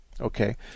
Okay